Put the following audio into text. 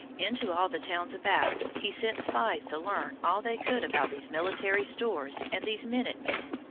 into all the towns about he sent spies to learn all they could about these military stores and these minute-men.